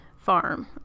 farm